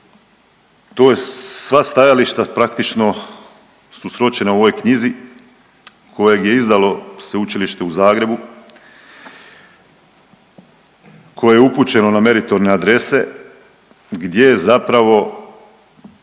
To je, sva stajališta praktično su sročena u ovoj knjizi kojeg je izdalo Sveučilište u Zagrebu koje je upućeno na meritorne adrese gdje zapravo